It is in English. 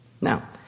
Now